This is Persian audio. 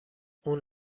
اون